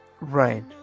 right